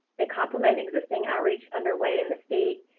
they complement existing outreach underway in the state.